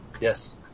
Yes